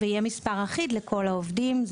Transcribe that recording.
יהיה מספר אחיד לכל העובדים,